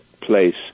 place